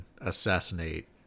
assassinate